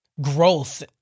growth